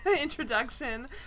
introduction